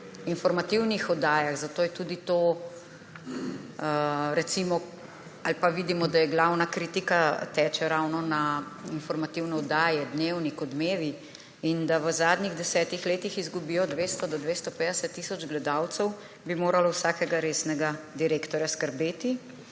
informativnih oddajah, zato tudi glavna kritika teče ravno na informativne oddaje, Dnevnik, Odmevi, in da v zadnjih 10 letih izgubijo 200 do 250 tisoč gledalcev, bi moralo vsakega resnega direktorja skrbeti.